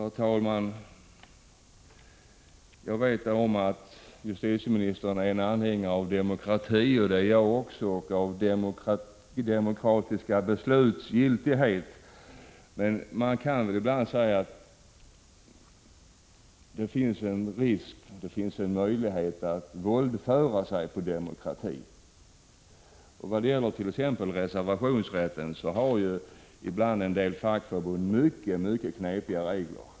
Herr talman! Jag vet att justitieministern är anhängare av demokrati och av i demokratisk ordning fattade besluts giltighet, och det är jag också. Men det finns ibland en risk för att man våldför sig på demokratin. När det gäller reservationsrätten har en del fackförbund mycket knepiga regler.